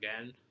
again